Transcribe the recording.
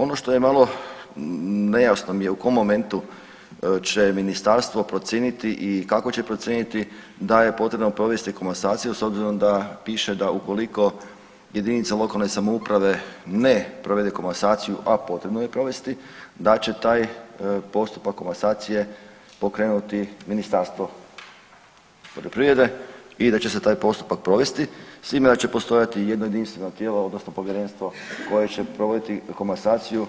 Ono što je malo nejasno mi je, u kom momentu će ministarstvo procijeniti i kako će procijeniti da je potrebno provesti komasaciju s obzirom da piše da ukoliko JLS ne provede komasaciju, a potrebno je provesti da će taj postupak komasacije pokrenuti Ministarstvo poljoprivrede i da će se taj postupak provesti s tim da će postojati jedno jedinstveno tijela odnosno Povjerenstvo koje će provoditi komasaciju,